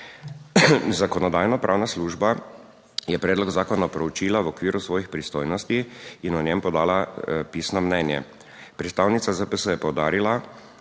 Zakonodajno-pravna služba je predlog zakona proučila v okviru svojih pristojnosti in o njem podala pisno mnenje. Predstavnica ZPS je poudarila,